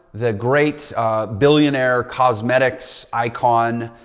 the great billionaire cosmetics icon,